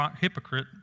hypocrite